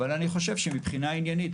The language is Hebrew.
אבל אני חושב שמבחינה עניינית,